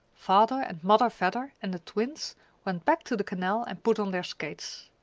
father and mother vedder and the twins went back to the canal and put on their skates.